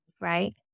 right